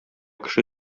кеше